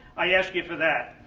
i ask you for that.